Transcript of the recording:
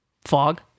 fog